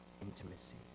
intimacy